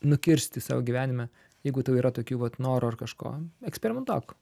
nukirsti savo gyvenime jeigu tau yra tokių vat norų ar kažko eksperimentuok